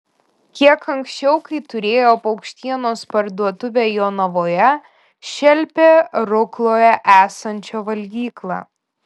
kiek anksčiau kai turėjo paukštienos parduotuvę jonavoje šelpė rukloje esančią valgyklą